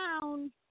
down